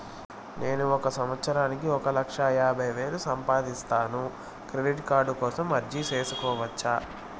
నేను ఒక సంవత్సరానికి ఒక లక్ష యాభై వేలు సంపాదిస్తాను, క్రెడిట్ కార్డు కోసం అర్జీ సేసుకోవచ్చా?